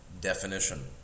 definition